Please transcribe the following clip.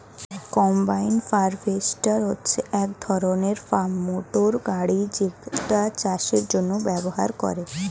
combine harvester হচ্ছে এক ধরণের ফার্ম মোটর গাড়ি যেটা চাষের জন্য ব্যবহার হয়